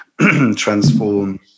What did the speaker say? transform